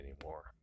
anymore